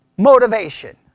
Motivation